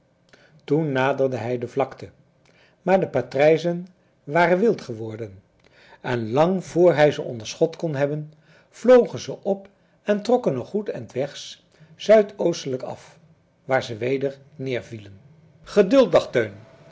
toen naderde hij de vlakte maar de patrijzen waren wild geworden en lang voor hij ze onder schot kon hebben vlogen ze op en trokken een goed end wegs zuidoostelijk af waar ze weder neervielen geduld dacht teun